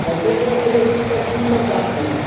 तऽ फेर बतैयौ की सभ कोन सभ गाछ लेबै